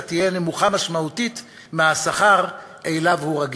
תהיה נמוכה משמעותית מהשכר שאליו הוא רגיל.